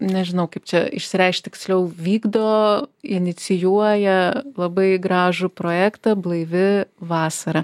nežinau kaip čia išsireikšt tiksliau vykdo inicijuoja labai gražų projektą blaivi vasara